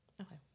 Okay